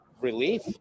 Relief